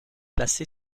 placé